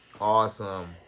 Awesome